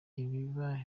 biterwa